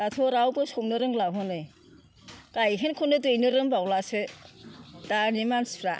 दाथ' रावबो सौनो रोंला हनै गायहेनखौनो दैनो रोंबावलासो दानि मानसिफोरा